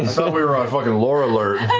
and so we were on fucking lore alert,